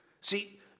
See